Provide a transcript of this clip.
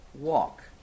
walk